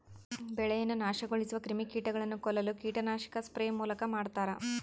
ಬೆಳೆಯನ್ನು ನಾಶಗೊಳಿಸುವ ಕ್ರಿಮಿಕೀಟಗಳನ್ನು ಕೊಲ್ಲಲು ಕೀಟನಾಶಕ ಸ್ಪ್ರೇ ಮೂಲಕ ಮಾಡ್ತಾರ